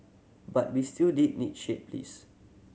but we still did need shade please